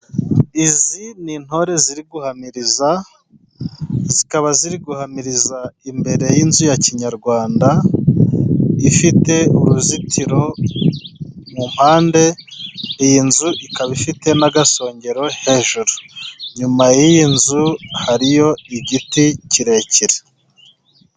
Izi ni intore ziri guhamiriza, zikaba ziri guhamiriza imbere y'inzu ya kinyarwanda ifite uruzitiro mu mpande .Iyi nzu ikaba ifite n'agasongero hejuru .Inyuma y'iyi nzu hariyo igiti kirekire.